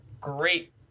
great